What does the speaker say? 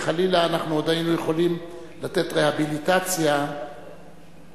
כי חלילה עוד היינו יכולים לתת רהביליטציה לאנשים